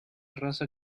raza